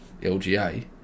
LGA